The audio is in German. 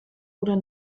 oder